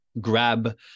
grab